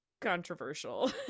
controversial